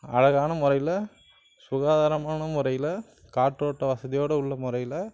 அழகான முறையில் சுகாதாரமான முறையில் காற்றோட்ட வசதியோட உள்ள முறையில்